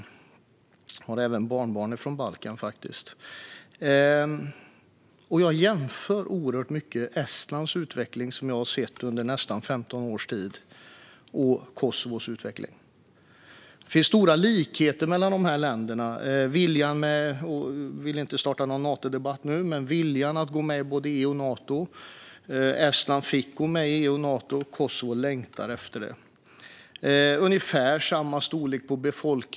Jag har faktiskt även barnbarn från Balkan. Jag jämför oerhört mycket Estlands utveckling, som jag har sett under nästan 15 års tid, med Kosovos utveckling. Det finns stora likheter mellan länderna. Jag vill inte starta någon Natodebatt nu, men det handlar om viljan att gå med i både EU och Nato. Estland fick gå med i EU och Nato, medan Kosovo längtar efter det. Befolkningen är ungefär lika stor.